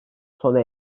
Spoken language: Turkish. sona